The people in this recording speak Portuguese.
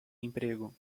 emprego